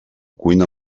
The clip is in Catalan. cuina